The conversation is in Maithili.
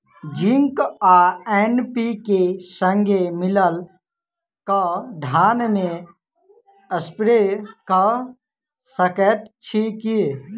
जिंक आ एन.पी.के, संगे मिलल कऽ धान मे स्प्रे कऽ सकैत छी की?